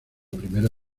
primera